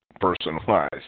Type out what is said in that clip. person-wise